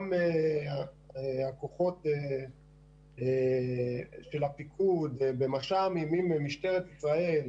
גם הכוחות של הפיקוד במש"מים עם משטרת ישראל,